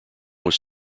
was